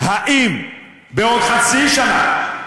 האם בעוד חצי שנה,